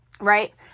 right